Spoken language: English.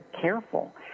careful